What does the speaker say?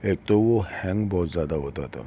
ایک تو وہ ہینگ بہت زیادہ ہوتا تھا